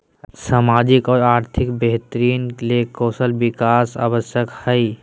सामाजिक और आर्थिक बेहतरी ले कौशल विकास आवश्यक हइ